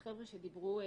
החבר'ה שדיברו לפניך,